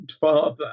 father